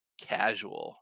casual